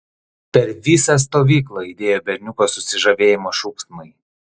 per visą stovyklą aidėjo berniuko susižavėjimo šūksmai